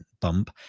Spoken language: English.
bump